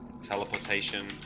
Teleportation